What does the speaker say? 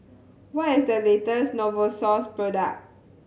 what is the latest Novosource product